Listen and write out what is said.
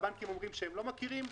והבנקים אומרים שהם לא מכירים,